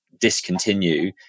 discontinue